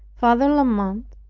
father la mothe,